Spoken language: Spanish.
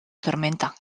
tormenta